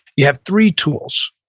you have three tools.